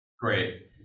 Great